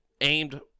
aimed